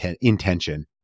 intention